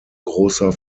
großer